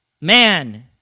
man